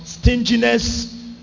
stinginess